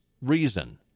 reason